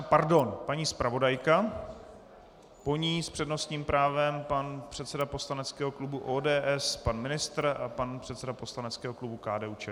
Pardon, paní zpravodajka, po ní s přednostním právem pan předseda poslaneckého klubu ODS, pan ministr a pan předseda poslaneckého klubu KDUČSL.